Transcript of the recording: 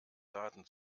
daten